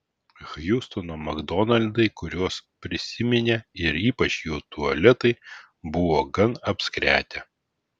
hjustono makdonaldai kuriuos prisiminė ir ypač jų tualetai buvo gan apskretę